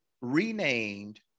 renamed